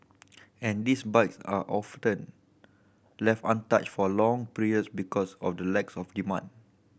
and these bikes are often left untouched for long periods because of the lacks of demand